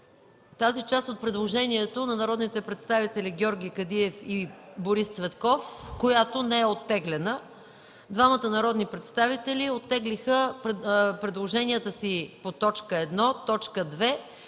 тази част от предложението на народните представители Георги Кадиев и Борис Цветков, която не е оттеглена. Двамата народни представители оттеглиха предложенията си по т. 1, т. 2 и по т.